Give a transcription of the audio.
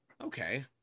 okay